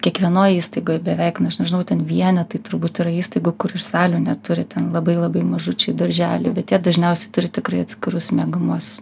kiekvienoj įstaigoje beveik na aš nežinau ten vienetai turbūt yra įstaigų kur ir salių neturi ten labai labai mažučiai darželiai bet jie dažniausiai turi tikrai atskirus miegamuosius